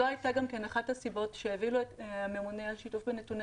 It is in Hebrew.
זאת הייתה אחת הסיבות שהובילו את הממונה על שיתוף בנתוני